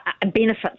benefits